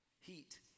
heat